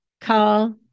Call